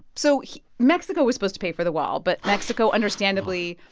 so mexico was supposed to pay for the wall. but mexico, understandably.